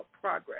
progress